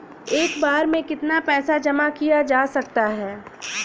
एक बार में कितना पैसा जमा किया जा सकता है?